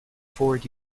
forward